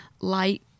light